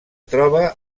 troba